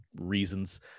reasons